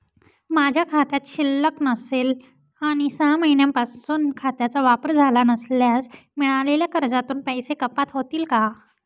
माझ्या खात्यात शिल्लक नसेल आणि सहा महिन्यांपासून खात्याचा वापर झाला नसल्यास मिळालेल्या कर्जातून पैसे कपात होतील का?